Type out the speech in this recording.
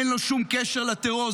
אין לו שום קשר לטרור.